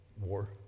war